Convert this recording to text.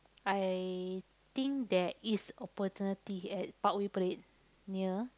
I think there is opportunity at Parkway-Parade near